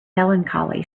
melancholy